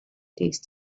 tasted